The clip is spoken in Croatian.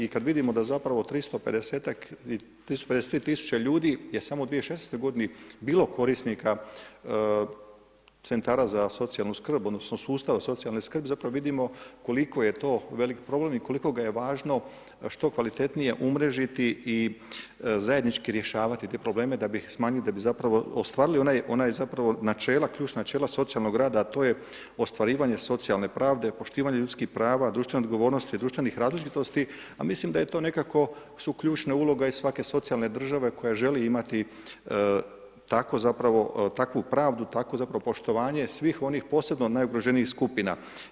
I kada vidimo da zapravo 353 tisuće ljudi je samo u 2016. g. bilo kosnika centara za socijalnu skrb, odnosno, sustava socijalne skrbi, zapravo vidimo koliko je to veliki problem i koliko ga je važno, što kvalitetnije umrežiti i zajednički rješavati te probleme, da bi ih smanjili da bi zapravo ostvarili ona ključna načela socijalnog rada, a to je ostvarivanje socijalne pravde, poštivanje ljudskih prava, društvene odgovornosti, društvenih različitosti, a mislim da je to nekako su ključna uloga i svake socijalne države koja želi imati takvo zapravo, takvu pravdu, takvo zapravo poštovanje svih onih posebno najugroženijih skupina.